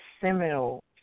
seminal